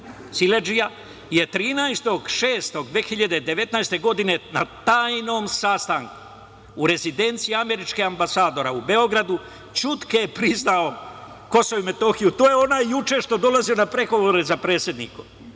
siledžija, je 13. juna 2019. godine na tajnom sastanku u rezidenciji američkog ambasadora u Beogradu ćutke priznao Kosovo i Metohiju. To je onaj što je juče dolazio na pregovore sa predsednikom.